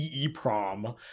EEPROM